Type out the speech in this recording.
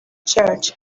church